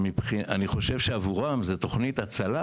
אני חושב שעבורם זו תוכנית הצלה